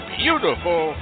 beautiful